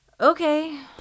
Okay